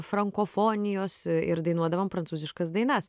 frankofonijos ir dainuodavom prancūziškas dainas